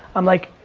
i'm like,